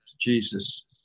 Jesus